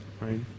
right